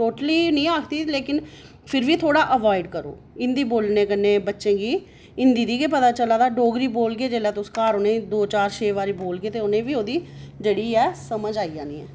totally निं आखदी लेकिन फिर बी थोह्ड़ा अवॉयड करो हिंदी बोलने कन्नै बच्चें गी हिंदी दा गै पता चला दा डोगरी बोलगे जेल्लै पंज छे सत